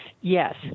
yes